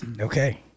Okay